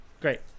Great